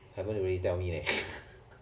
haven't really tell me leh